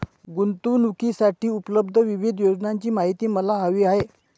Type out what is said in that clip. गुंतवणूकीसाठी उपलब्ध विविध योजनांची माहिती मला हवी आहे